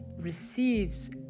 receives